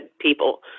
people